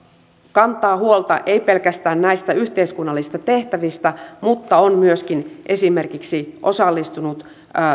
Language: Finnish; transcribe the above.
kantaa huolta ei pelkästään näistä yhteiskunnallisista tehtävistä vaan on myöskin esimerkiksi osallistunut